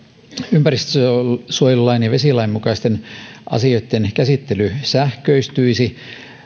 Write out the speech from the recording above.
ympäristönsuojelulain ja vesilain mukaisten asioitten käsittely sähköistyisi